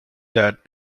that